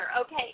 okay